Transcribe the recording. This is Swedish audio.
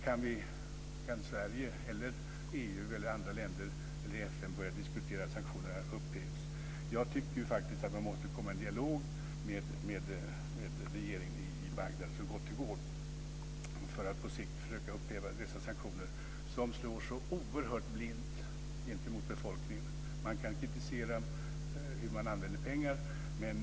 Kan Sverige, EU, andra länder eller FN börja diskutera om sanktionerna ska upphävas? Jag tycker faktiskt att man måste komma i dialog med regeringen i Bagdad så gott det går för att på sikt försöka upphäva dessa sanktioner som slår så oerhört blint gentemot befolkningen. Man kan kritisera hur pengar används.